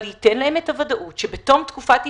וניתן להם את הוודאות שבתום תקופת ההסתכלות.